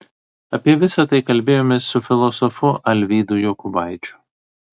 apie visa tai kalbėjomės su filosofu alvydu jokubaičiu